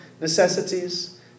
necessities